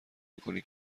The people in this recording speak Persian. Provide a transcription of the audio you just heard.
میکنی